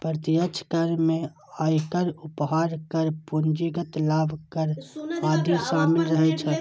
प्रत्यक्ष कर मे आयकर, उपहार कर, पूंजीगत लाभ कर आदि शामिल रहै छै